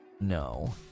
No